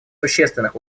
существенных